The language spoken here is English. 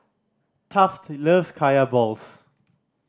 Taft loves Kaya balls